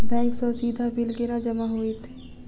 Bank सँ सीधा bill केना जमा होइत?